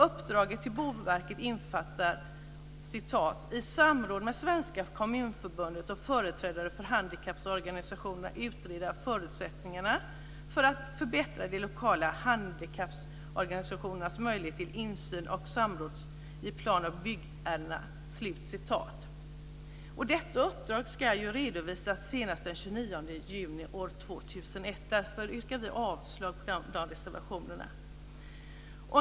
Uppdraget till Boverket innefattar även att "i samråd med Svenska Kommunförbundet och företrädare för handikapporganisationerna utreda förutsättningarna för att förbättra de lokala handikapporganisationernas möjligheter till insyn och samråd i plan och byggärenden." Detta uppdrag ska redovisas senast den 29 juni 2001. Därför yrkar vi avslag på de reservationerna.